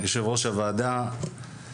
גם כיושב-ראש איגוד,